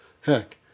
Heck